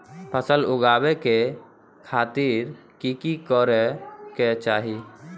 फसल उगाबै के खातिर की की करै के चाही?